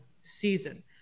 season